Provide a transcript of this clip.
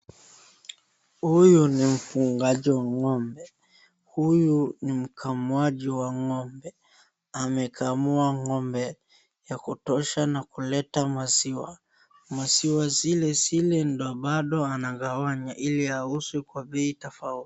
Huyu ni mfugaji wa ng'ombe. Huyu ni mkamuaji wa ng'ombe. Amekamua ng'ombe ya kutosha na kuleta maziwa. Maziwa zilezile ndo bado anagawanya ili auze kwa bei tofauti.